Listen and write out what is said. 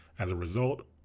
as a result,